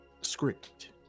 Script